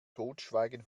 totschweigen